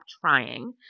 trying